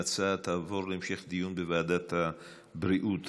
ההצעה תעבור להמשך דיון בוועדת העבודה,